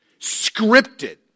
scripted